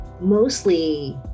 mostly